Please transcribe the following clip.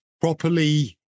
properly